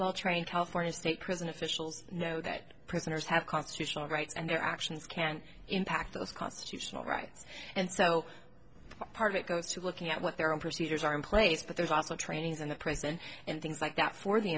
well trained california state prison officials know that prisoners have constitutional rights and their actions can impact those constitutional rights and so part of it goes to looking at what their own procedures are in place but there's also trainings in the prison and things like that for the